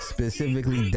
specifically